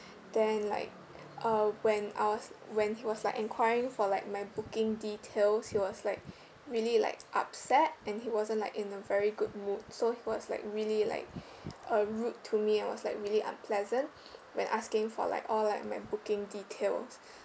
then like uh when I was when he was like enquiring for like my booking details he was like really like upset and he wasn't like in a very good mood so he was like really like uh rude to me and it was like really unpleasant when asking for like all like my booking details